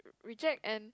reject and